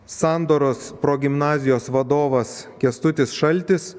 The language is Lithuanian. sandoros progimnazijos vadovas kęstutis šaltis